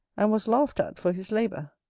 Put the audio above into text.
and was laughed at for his labour.